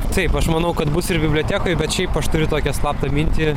taip aš manau kad bus ir bibliotekoj bet šiaip aš turiu tokią slaptą mintį